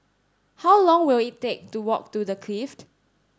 how long will it take to walk to The Clift